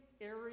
area